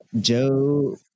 joe